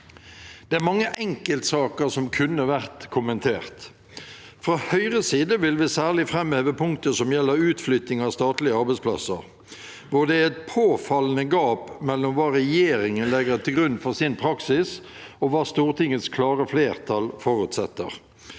Det er mange enkeltsaker som kunne vært kommentert. Fra Høyres side vil vi særlig framheve punktet som gjelder utflytting av statlige arbeidsplasser. Det er et påfallende gap mellom hva regjeringen legger til grunn for sin praksis, og hva Stortingets klare flertall forutsetter.